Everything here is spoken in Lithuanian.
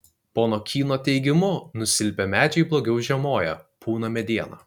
pono kyno teigimu nusilpę medžiai blogiau žiemoja pūna mediena